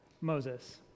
Moses